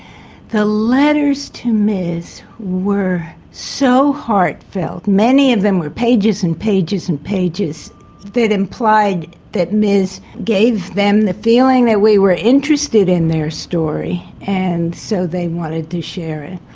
the letters to ms were so heartfelt, many of them were pages and pages and pages that implied that ms gave them the feeling that we were interested in their story, and so they wanted to share it.